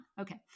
Okay